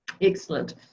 Excellent